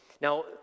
Now